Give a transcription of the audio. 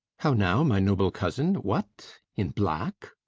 how now, my noble cousin? what, in black!